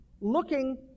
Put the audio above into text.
looking